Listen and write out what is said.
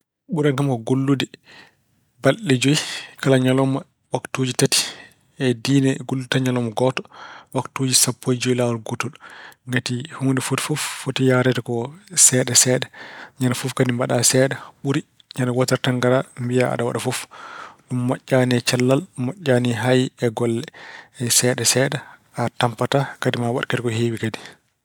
Ɓurani kam ko gollude balɗe joyi, kala ñalawma waktuuji tati e diine gollude tan ñalawma gooto waktuuji sappo e joyi laawol gootol. Ngati huunde foti fof foti yahreede ko seeɗa seeɗa. Ñande fof kadi mbaɗa seeɗa ɓuri ñande wootere tan ngara mbiya aɗa waɗa fof. Ɗum moƴƴaani e cellal. Moƴƴaani hayi e golle. Seeɗa seeɗa, a tampataa kadi ma waɗ kadi ko heewi.